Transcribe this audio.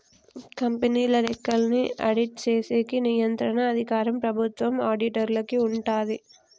కంపెనీల లెక్కల్ని ఆడిట్ చేసేకి నియంత్రణ అధికారం ప్రభుత్వం ఆడిటర్లకి ఉంటాది